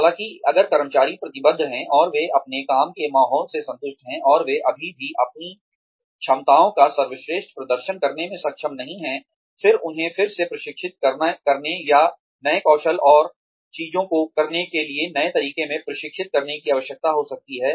हालांकि अगर कर्मचारी प्रतिबद्ध हैं और वे अपने काम के माहौल से संतुष्ट हैं और वे अभी भी अपनी क्षमताओं का सर्वश्रेष्ठ प्रदर्शन करने में सक्षम नहीं हैं फिर उन्हें फिर से प्रशिक्षित करने या नए कौशल और चीजों को करने के नए तरीकों में प्रशिक्षित करने की आवश्यकता हो सकती है